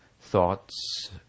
thoughts